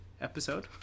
episode